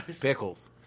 pickles